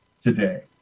today